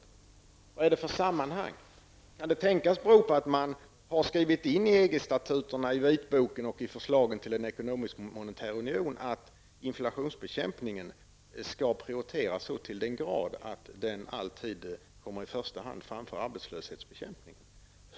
Vad är det för sammanhang? Kan det tänkas att det beror på att man har skrivit in i EG statuterna, i vitboken och i förslagen till en ekonomisk och monetär union att inflationsbekämpningen skall prioriteras så till den grad att den alltid kommer i första hand framför arbetslöshetsbekämpningen?